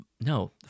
no